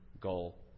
goal